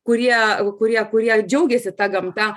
kurie kuria kurie džiaugiasi ta gamta